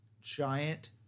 giant